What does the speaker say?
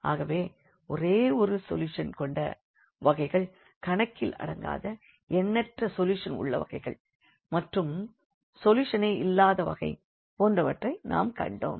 ஆகவே ஒரே ஒரு சொல்யூஷன் கொண்ட வகைகள் கணக்கிலடங்காத எண்ணற்ற சொல்யூஷன் உள்ள வகைகள் மற்றும் சொல்யூஷனே இல்லாத வகை போன்றவற்றை நாம் கண்டோம்